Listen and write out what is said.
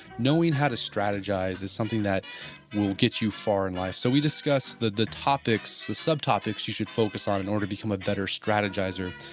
knowing how to strategize is something that will get you far in life. so we discuss the the topics, the subtopics you should focus on in order to become a better strategizer.